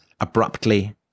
abruptly